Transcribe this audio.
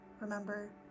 Remember